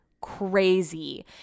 crazy